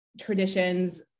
traditions